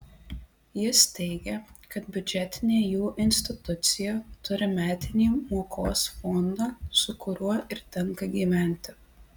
jis teigė kad biudžetinė jų institucija turi metinį mokos fondą su kuriuo ir tenka gyventi